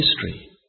history